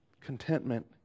Contentment